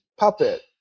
puppet